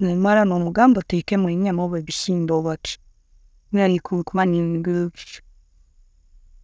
no mara no mugamba atekemu enyama orba ebihimba orba ki, nyonwe.